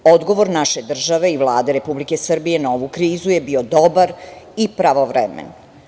Odgovor naše države i Vlade Republike Srbije na ovu krizu je bio dobar i pravovremen.